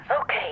Okay